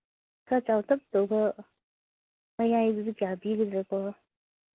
ꯈꯔ ꯆꯥꯎꯇꯛ ꯇꯧꯕ ꯃꯌꯥꯏꯗꯨꯗꯤ ꯀꯌꯥ ꯄꯤꯒꯗ꯭ꯔꯥꯀꯣ